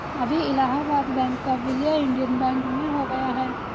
अभी इलाहाबाद बैंक का विलय इंडियन बैंक में हो गया है